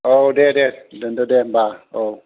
औ दे दे दोनदो दे होनबा औ